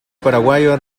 paraguayo